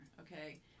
okay